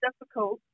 difficult